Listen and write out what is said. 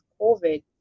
COVID